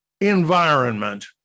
environment